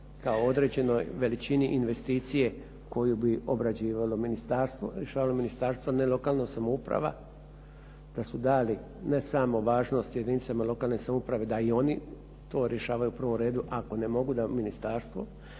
kao određenoj veličini investicije koju bi obrađivalo ministarstvo, rješavalo ministarstvo ne lokalna samouprava, da su dali ne samo važnost jedinicama lokalne samouprave da i oni to rješavaju u prvom redu, ako ne mogu da ministarstvo.